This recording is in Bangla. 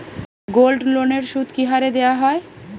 গোল্ডলোনের সুদ কি হারে দেওয়া হয়?